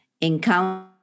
encounter